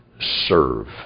serve